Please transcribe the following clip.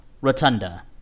Rotunda